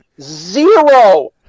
Zero